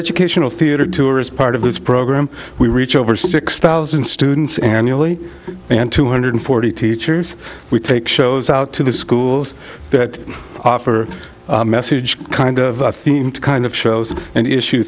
educational theatre tour is part of this program we reach over six thousand students annually and two hundred forty teachers we take shows out to the schools that offer message kind of theme to kind of shows and issue